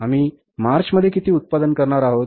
आम्ही मार्चमध्ये किती उत्पादन करणार आहोत